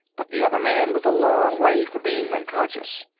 but the other man was a long way from being unconscious.